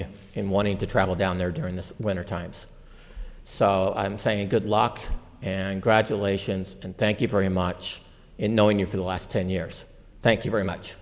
you in wanting to travel down there during the winter times so i'm saying good luck and graduations and thank you very much and knowing you for the last ten years thank you very much